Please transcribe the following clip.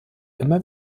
immer